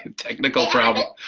um technical problem,